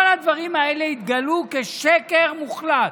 כל הדברים האלה התגלו כשקר מוחלט.